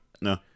No